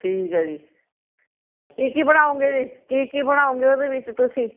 ਠੀਕ ਹੈ ਜੀ ਕੀ ਕੀ ਬਣਾਉਗੇ ਜੀ ਕੀ ਕੀ ਬਣਾਉਗੇ ਉਹਦੇ ਵਿੱਚ ਤੁਸੀਂ